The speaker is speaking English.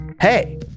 Hey